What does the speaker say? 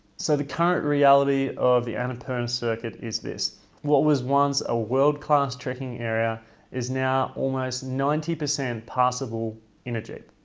so the currently reality of the and annapurna circuit this what was once a world class trekking area is now almost ninety per cent passable in a jeep.